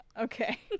Okay